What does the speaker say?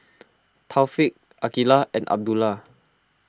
Taufik Aqilah and Abdullah